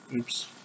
oops